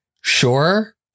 sure